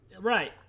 Right